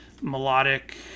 Melodic